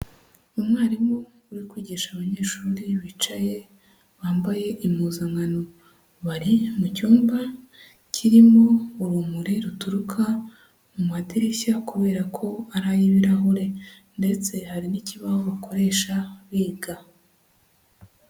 Umwarimu uri kwigisha abanyeshuri bicaye bambaye impuzankano, bari mu cyumba kirimo urumuri ruturuka mu madirishya kubera ko ari ay'ibirahure ndetse hari n'ikibaho bakoresha biga.